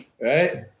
right